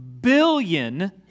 billion